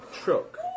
truck